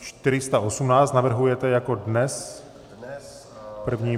418 navrhujete jako dnes první...